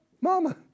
mama